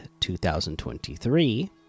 2023